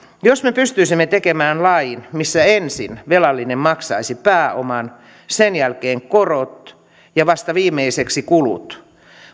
jos me pystyisimme tekemään lain missä velallinen maksaisi ensin pääoman sen jälkeen korot ja vasta viimeiseksi kulut